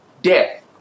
death